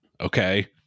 okay